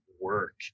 work